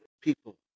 People